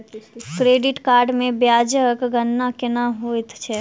credit card मे ब्याजक गणना केना होइत छैक